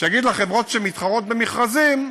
שיגיד לחברות שמתחרות במכרזים: